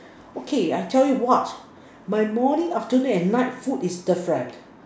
okay I tell you what my morning afternoon and night food is different